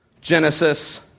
Genesis